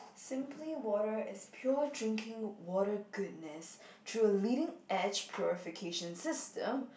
Simply Water is pure drinking water goodness through a leading edge purification system